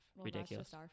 ridiculous